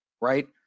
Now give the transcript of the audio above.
right